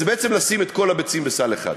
זה בעצם לשים את כל הביצים בסל אחד.